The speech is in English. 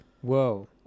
whoa